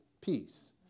peace